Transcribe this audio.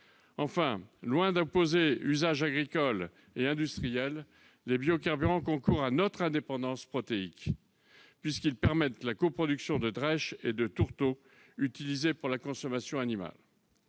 Enfin, loin d'opposer usages agricole et industriel, les biocarburants concourent à notre indépendance protéique, puisqu'ils permettent la coproduction de drêches et de tourteaux utilisés pour la consommation animale.